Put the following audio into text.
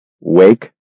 Wake